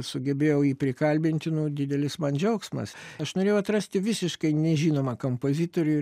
sugebėjau jį prikalbinti nu didelis man džiaugsmas aš norėjau atrasti visiškai nežinomą kompozitorių